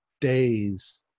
days